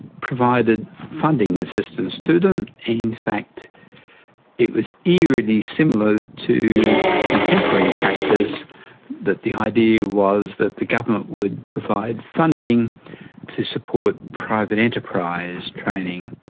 provided funding assistance to them. in fact it was eerily similar to contemporary practice that the idea was that the government would provide funding to support private enterprise training.